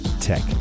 tech